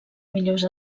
millors